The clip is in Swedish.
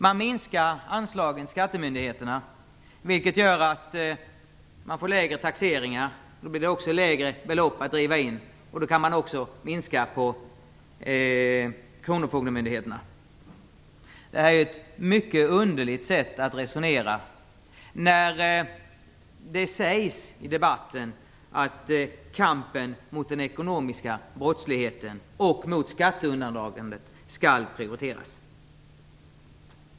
Man minskar anslagen till skattemyndigheterna, vilket gör att man får lägre taxeringar och det blir lägre belopp att driva in, och då kan man också minska på kronofogdemyndigheterna. Det är ett mycket underligt sätt att resonera, när det sägs i debatten att kampen mot den ekonomiska brottsligheten och mot skatteundandragandet skall prioriteras.